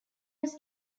was